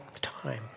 time